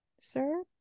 sir